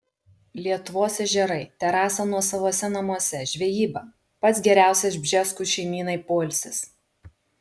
lietuvos ežerai terasa nuosavuose namuose žvejyba pats geriausias bžeskų šeimynai poilsis